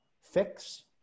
Fix